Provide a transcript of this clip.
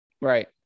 Right